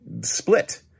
split